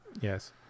Yes